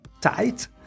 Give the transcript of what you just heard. tight